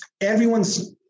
everyone's